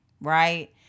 right